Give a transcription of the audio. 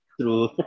True